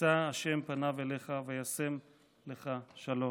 יִשא ה' פניו אליך וישם לך שלום".